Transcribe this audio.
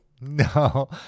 No